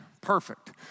perfect